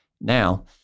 Now